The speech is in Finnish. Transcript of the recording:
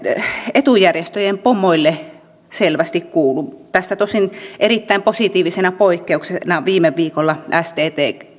etujärjestöjen pomoille selvästi kuulu tästä tosin erittäin positiivisena poikkeuksena viime viikolla sttkn